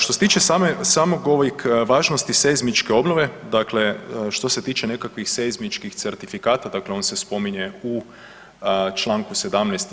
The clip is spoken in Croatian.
Što se tiče samih ovih važnosti seizmičke obnove, dakle što se tiče nekakvih seizmičkih certifikata, dakle on se spominje u čl. 17.